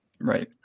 right